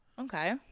Okay